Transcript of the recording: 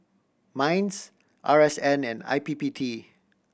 MINDS R S N and I P P T